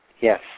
Yes